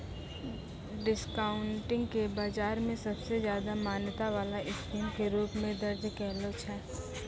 discounting के बाजार मे सबसे ज्यादा मान्यता वाला स्कीम के रूप मे दर्ज कैलो छै